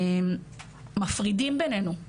מפרידים בינינו,